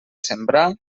sembrar